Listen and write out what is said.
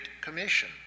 Commission